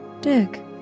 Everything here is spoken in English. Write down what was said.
Dick